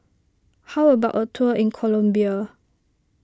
how about a tour in Colombia